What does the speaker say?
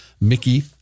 Mickey